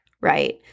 right